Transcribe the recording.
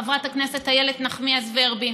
חברת הכנסת איילת נחמיאס ורבין,